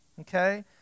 Okay